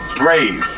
brave